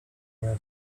were